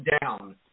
down